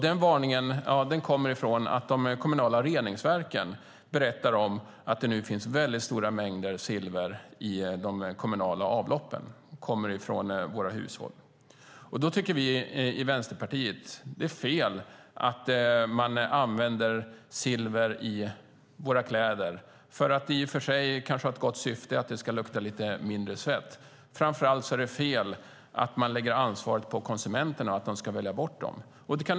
Den varningen kommer sig av att de kommunala reningsverken berättar att det nu finns stora mängder silver i de kommunala avloppen som kommer från våra hushåll. Vänsterpartiet tycker att det är fel att använda silver i kläder även om det kan ha det goda syftet att det ska lukta mindre svett. Vi tycker framför allt att det är fel att lägga ansvaret på konsumenterna att välja bort dem.